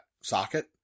socket